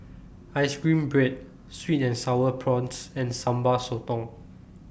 Ice Cream Bread Sweet and Sour Prawns and Sambal Sotong